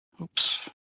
Oops